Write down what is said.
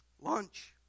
lunch